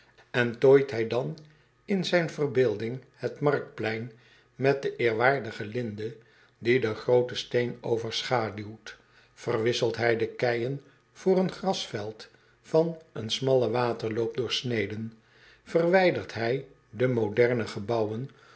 n tooit hij dan in zijn verbeelding het marktplein met de eerwaardige linde die den grooten steen overschaduwt verwisselt hij de keijen voor een grasveld van een smallen waterloop doorsneden verwijdert hij de moderne gebouwen